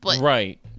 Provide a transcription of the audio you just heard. Right